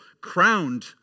crowned